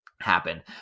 happen